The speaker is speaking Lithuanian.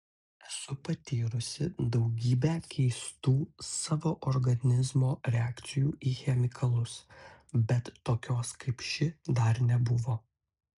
esu patyrusi daugybę keistų savo organizmo reakcijų į chemikalus bet tokios kaip ši dar nebuvo